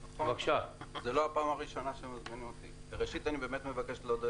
ראשית, אני מבקש להודות